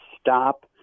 stop